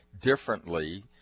differently